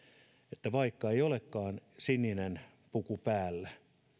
että vaikka ei olekaan sininen puku päällä